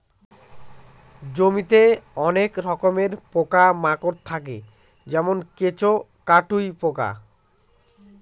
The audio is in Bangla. জমিতে অনেক রকমের পোকা মাকড় থাকে যেমন কেঁচো, কাটুই পোকা